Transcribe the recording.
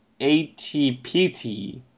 ATPT